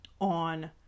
on